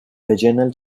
vaginal